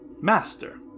Master